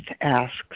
asks